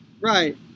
Right